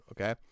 okay